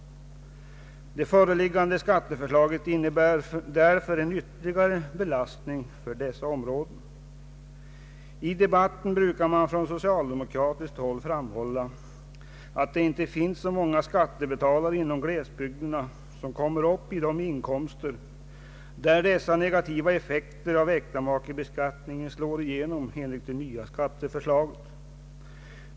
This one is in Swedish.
Det föreliggande skatteförslaget innebär därför en ytterligare belastning för dessa områden. I debatten brukar man från socialdemokratiskt håll framhålla, att det inte finns så många skattebetalare inom glesbygderna som kommer upp i de inkomster där dessa negativa effekter av äktamakebeskattningen slår igenom enligt det nya skatteförslaget.